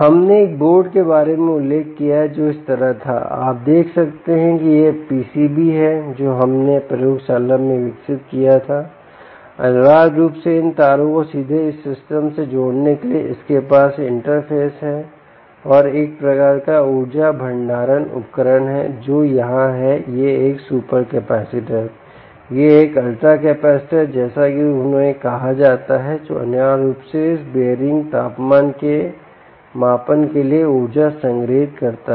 हमने एक बोर्ड के बारे में उल्लेख किया है जो इस तरह था आप देख सकते हैं कि यह पीसीबी है जो हमने प्रयोगशाला में विकसित किया था अनिवार्य रूप से इन तारों को सीधे इस सिस्टम से जोड़ने के लिए इसके पास इंटरफेस है और एक प्रकार का ऊर्जा भंडारण उपकरण है जो यहां है यह एक सुपर कैपेसिटर या एक अल्ट्रा कैपेसिटर जैसा कि उन्हें कहा जाता है जो अनिवार्य रूप से इस बेयरिंग तापमान के मापन के लिए ऊर्जा संग्रहीत करता है